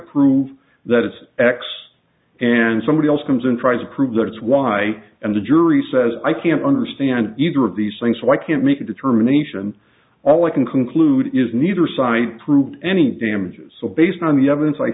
prove that it's x and somebody else comes and tries to prove that it's y and the jury says i can't understand either of these things so i can't make a determination all i can conclude is neither side proved any damages so based on the evidence